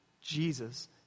Jesus